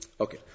Okay